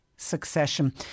succession